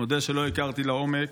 מודה שלא הכרתי לעומק,